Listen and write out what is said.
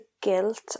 guilt